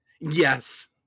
Yes